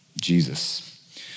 Jesus